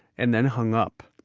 and then hung up.